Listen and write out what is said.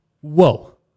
whoa